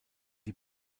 die